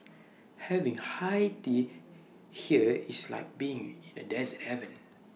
having high tea here is like being in A dessert heaven